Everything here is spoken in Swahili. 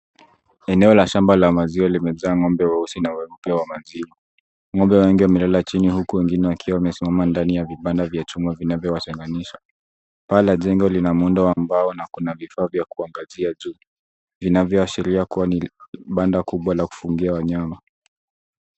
Eneo la shamba la maziwa limejaa ng'ombe weusi na weupe wa maziwa.Ng’ombe wengi wamelala chini huku wengine wakiwa wamesimama ndani ya vibanda vya chuma vinavyowatenganisha. Paa la jengo lina muundo wa mbao na kuna vifaa vya kuangazia juu. Inavyoashiria kuwa ni banda kubwa la kufugia wanyama.